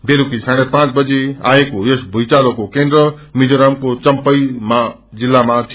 बेलुकी साढ़े पाँच बजे आएको यस भूहँचालोको केन्द्र मिजोरामको चम्पईमा जिल्लामा थियो